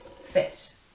fit